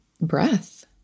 breath